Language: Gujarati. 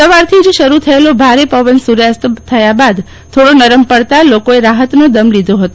સવારથીજ શરૂ થયેલો ભારે પવન સૂર્યાસ્ત થયા બાદ થોડો નરમ પડ તા લોકોએ રાફતનો દમ લીધો ફતો